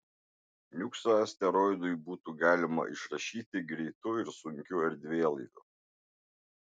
niuksą asteroidui būtų galima išrašyti greitu ir sunkiu erdvėlaiviu